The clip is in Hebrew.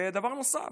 ודבר נוסף,